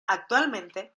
actualmente